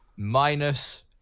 minus